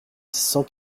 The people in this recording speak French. cent